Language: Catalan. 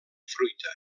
fruita